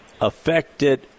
affected